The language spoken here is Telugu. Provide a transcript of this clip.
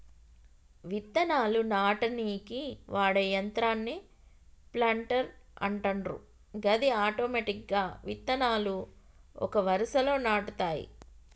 విత్తనాలు నాటనీకి వాడే యంత్రాన్నే ప్లాంటర్ అంటుండ్రు గది ఆటోమెటిక్గా విత్తనాలు ఒక వరుసలో నాటుతాయి